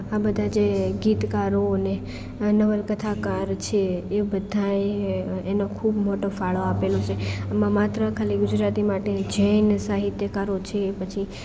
આ બધા જે ગીતકારોને નવલકથાકાર છે એ બધાય એનો ખૂબ મોટો ફાળો આપેલો છે આમાં માત્ર ખાલી ગુજરાતી માટે જૈન સાહિત્યકારો છે પછી